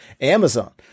Amazon